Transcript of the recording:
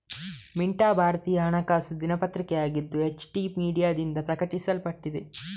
ಮಿಂಟಾ ಭಾರತೀಯ ಹಣಕಾಸು ದಿನಪತ್ರಿಕೆಯಾಗಿದ್ದು, ಎಚ್.ಟಿ ಮೀಡಿಯಾದಿಂದ ಪ್ರಕಟಿಸಲ್ಪಟ್ಟಿದೆ